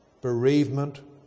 bereavement